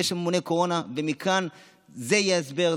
יש ממונה קורונה, וזה יהיה ההסבר.